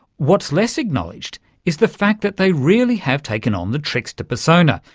what's less acknowledged is the fact that they really have taken on the trickster persona.